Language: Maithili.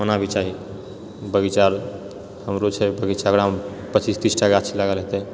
होना भी चाही बगीचा हमरो छै बगीचा ओकरामे पच्चीस तीसटा गाछी लागल हेतए